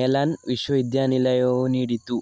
Mellon ವಿಶ್ವವಿದ್ಯಾಲಯವು ನೀಡಿತು